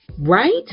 right